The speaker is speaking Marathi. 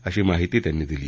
अशी माहिती त्यांनी दिली